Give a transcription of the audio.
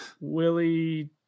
Willie